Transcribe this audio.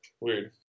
weird